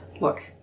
look